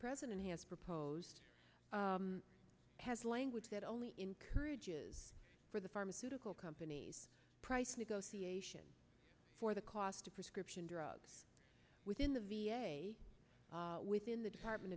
president has proposed as language that only encourages for the pharmaceutical companies price negotiation for the cost of prescription drugs within the v a within the department